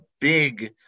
big –